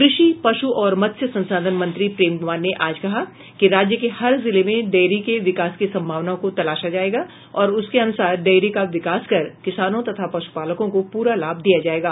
कृषि पशु और मत्स्य संसाधन मंत्री प्रेम कुमार ने आज कहा कि राज्य के हर जिले में डेयरी के विकास की संभावनाओं को तलाशा जाएगा और उसके अनुसार डेयरी का विकास कर किसानों तथा पशुपालकों को पूरा लाभ दिया जाएगा